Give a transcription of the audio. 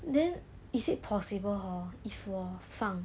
then is it possible hor if 我放